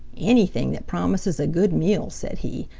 anything that promises a good meal, said he.